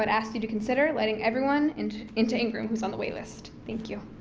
but ask you to consider letting everyone and into ingram who is on the waitlist. thank you.